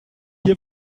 hier